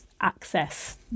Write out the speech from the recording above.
access